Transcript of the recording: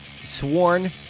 sworn